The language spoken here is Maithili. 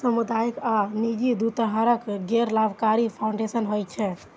सामुदायिक आ निजी, दू तरहक गैर लाभकारी फाउंडेशन होइ छै